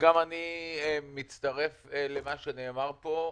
אני מצטרף למה שנאמר כאן.